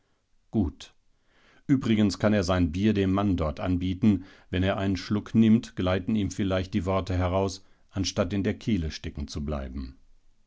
gut übrigens kann er sein bier dem mann dort anbieten wenn er einen schluck nimmt gleiten ihm vielleicht die worte heraus anstatt in der kehle stecken zu bleiben